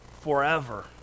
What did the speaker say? forever